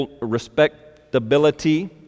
respectability